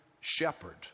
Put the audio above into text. shepherd